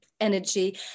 energy